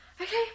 Okay